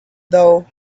though